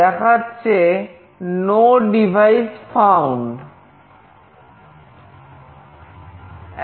দেখাচ্ছে "No device found"